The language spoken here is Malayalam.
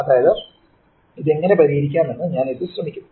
അതായത് ഇത് എങ്ങനെ പരിഹരിക്കാമെന്ന് ഞാൻ ഇത് ശ്രമിക്കും